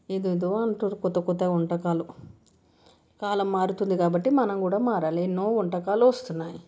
ఏదేదో అంటారు కొత్త కొత్త వంటకాలు కాలం మారుతుంది కాబట్టి మనం కూడా మారాలి ఎన్నో వంటకాలు వస్తున్నాయి